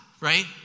right